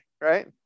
Right